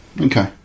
Okay